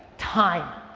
time,